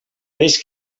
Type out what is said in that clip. peix